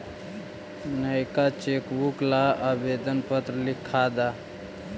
नएका चेकबुक ला आवेदन पत्र लिखा द